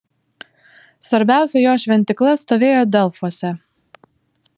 svarbiausia jo šventykla stovėjo delfuose